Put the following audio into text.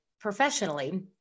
professionally